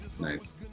nice